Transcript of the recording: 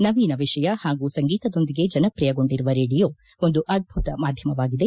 ನವೀನ ವಿಷಯ ಪಾಗೂ ಸಂಗೀತದೊಂದಿಗೆ ಜನಪ್ರಿಯಗೊಂಡಿರುವ ರೇಡಿಯೊ ಒಂದು ಅದ್ದುಕ ಮಾಧ್ಯಮವಾಗಿದೆ